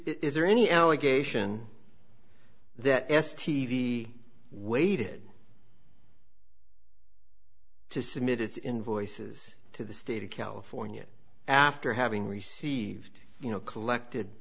is there any allegation that s t v waited to submit its invoices to the state of california after having received you know collected